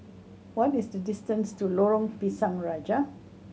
what is the distance to Lorong Pisang Raja